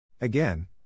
Again